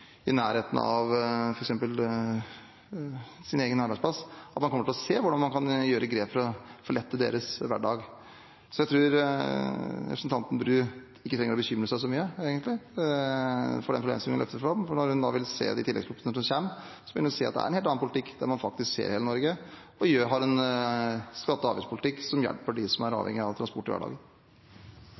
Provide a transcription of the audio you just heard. representanten Bru trenger å bekymre seg så mye for den problemstillingen hun løfter fram. Når hun får se de tilleggsproposisjonene som kommer, vil hun se at det er en helt annen politikk, der man faktisk ser hele Norge og har en skatte- og avgiftspolitikk som hjelper dem som er avhengig av transport i hverdagen.